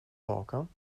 balkan